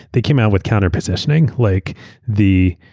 they came out with counter positioning, like the